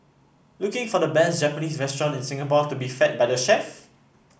looking for the best Japanese restaurant in Singapore to be fed by the chef